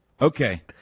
Okay